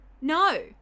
no